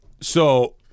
So-